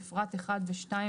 בפרט (1) ו-(2),